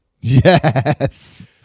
Yes